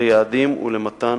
ליעדים ולמתן